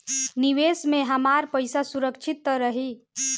निवेश में हमार पईसा सुरक्षित त रही?